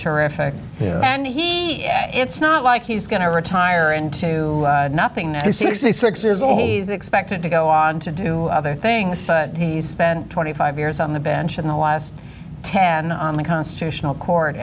terrific and he it's not like he's going to retire into nothing now he's sixty six years old he's expected to go on to do other things but he's spent twenty five years on the bench in the last ten on the constitutional court